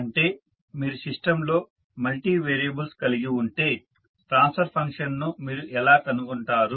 అంటే మీరు సిస్టంలో మల్టీ వేరియబుల్స్ కలిగి ఉంటే ట్రాన్స్ఫర్ ఫంక్షన్ను మీరు ఎలా కనుగొంటారు